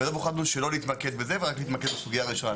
והיום החלטנו שלא להתמקד בזה ורק להתמקד בסוגיה ראשונה.